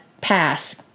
pass